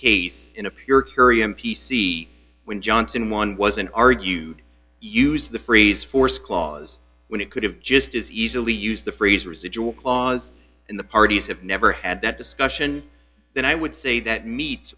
case in a pure curium p c when johnson won was in argued use the phrase force clause when it could have just as easily used the phrase residual clause in the parties have never had that discussion then i would say that meets